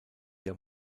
der